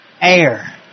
air